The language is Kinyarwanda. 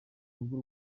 rugo